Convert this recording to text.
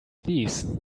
these